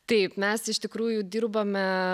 taip mes iš tikrųjų dirbame